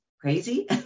crazy